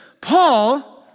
Paul